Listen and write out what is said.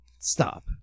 Stop